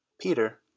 Peter